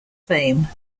fame